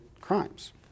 crimes